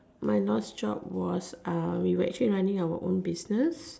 my last job was uh we were actually running our own business